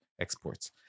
Exports